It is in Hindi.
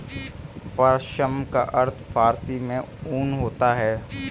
पश्म का अर्थ फारसी में ऊन होता है